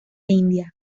india